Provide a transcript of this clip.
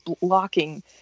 blocking